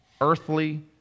earthly